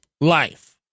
life